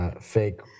fake